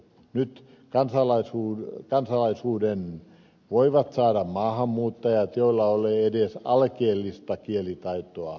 nyt kansalaisuuden voivat saada maahanmuuttajat joilla ei ole edes alkeellista kielitaitoa